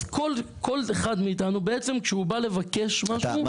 אז כל אחד מאיתנו בעצם כשהוא בא לבקש משהו --- אתה,